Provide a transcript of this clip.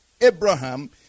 Abraham